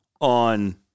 on